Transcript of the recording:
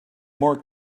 more